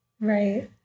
Right